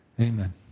Amen